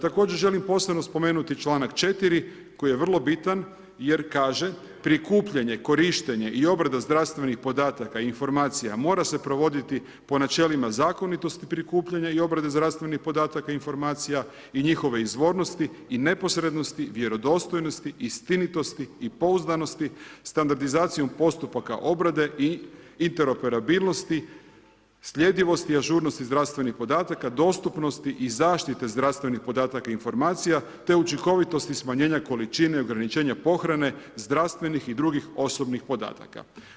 Također želim posebno spomenuti čl. 4. koji je vrlo bitan jer kaže, prikupljanje, korištenje i obrada zdravstvenih podataka i informacija mora se provoditi po načelima zakonitosti prikupljanja i obrade zdravstvenih podataka i informacija i njihove izvornosti i neposrednosti, vjerodostojnosti, istinitosti i pouzdanosti, standardizacijom postupaka obrade i interoperabilnosti, slijedivosti i ažurnosti zdravstvenih podataka, dostupnosti i zaštite zdravstvenih podataka i informacija, te učinkovitosti smanjenja količine ograničenja pohrane zdravstvenih i dr. osobnih podataka.